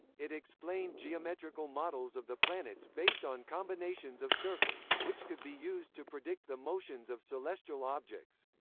it explained geometrical models of the planets based on combinations of circles, which could be used to predict the motions of celestial objects.